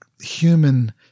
human